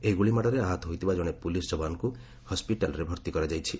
ଏହି ଗୁଳିମାଡ଼ରେ ଆହତ ହୋଇଥିବା ଜଣେ ପୁଲିସ୍ ଯବାନଙ୍କୁ ହସ୍କିଟାଲ୍ରେ ଭର୍ତ୍ତି କରାଯାଇଛି